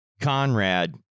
Conrad